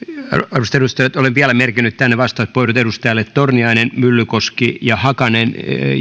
arvoisat edustajat olen vielä merkinnyt tänne vastauspuheenvuorot edustajille torniainen myllykoski ja hakanen